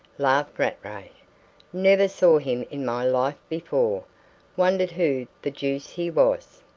laughed rattray. never saw him in my life before wondered who the deuce he was.